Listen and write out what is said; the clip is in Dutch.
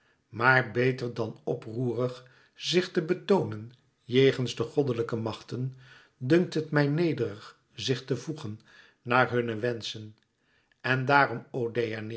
maar beter dan oproerig zich te betoonen jegens de goddelijke machten dunkt het mij nederig zich te voegen naar hunne wenschen en daarom